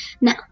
now